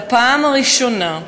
בפעם הראשונה,